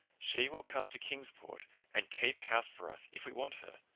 she will come to kingsport and keep house for us if we want her,